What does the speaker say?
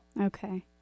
okay